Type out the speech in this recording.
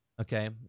Okay